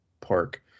park